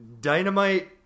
dynamite